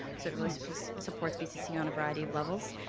so it really supports supports pcc on a variety of levels.